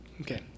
Okay